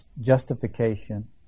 justification